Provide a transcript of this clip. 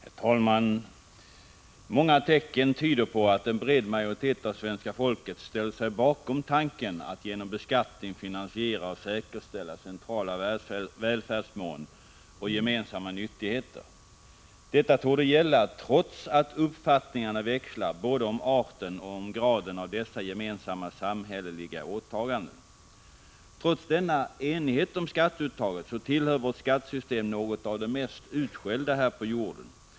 Herr talman! Många tecken tyder på att en bred majoritet av svenska folket ställer sig bakom tanken att genom beskattning finansiera och säkerställa centrala välfärdsmål och gemensamma nyttigheter. Detta torde gälla trots att uppfattningarna växlar både om arten och om graden av dessa gemensamma samhälleliga åtaganden. Trots denna enighet om skatteuttaget tillhör vårt skattesystem något av det mest utskällda här på jorden.